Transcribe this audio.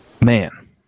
man